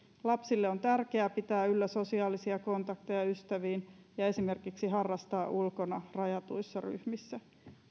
lapsille on tärkeää pitää yllä sosiaalisia kontakteja ystäviin ja esimerkiksi harrastaa ulkona rajatuissa ryhmissä